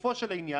לגופו של עניין,